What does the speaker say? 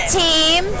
team